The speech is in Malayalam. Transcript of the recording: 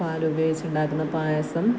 പാലുപയോഗിച്ചുണ്ടാക്കുന്ന പായസം